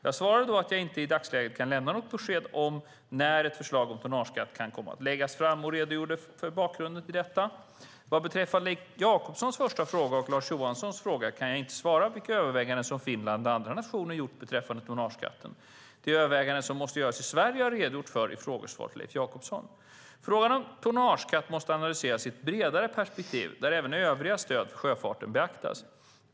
Jag svarade då att jag inte i dagsläget kan lämna något besked om när ett förslag om tonnageskatt kan komma att läggas fram och redogjorde för bakgrunden till detta. Vad beträffar Leif Jakobssons första fråga och Lars Johanssons fråga kan jag inte svara på vilka överväganden som Finland och andra nationer har gjort beträffande tonnageskatten. De överväganden som måste göras i Sverige har jag redogjort för i frågesvaret till Leif Jakobsson. Frågan om tonnageskatt måste analyseras i ett bredare perspektiv där även övriga stöd för sjöfarten beaktas.